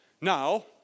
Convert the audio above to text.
Now